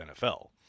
NFL